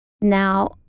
Now